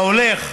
אתה הולך.